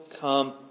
come